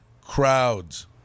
crowds